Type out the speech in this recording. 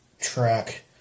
track